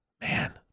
man